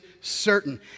certain